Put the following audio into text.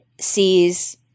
sees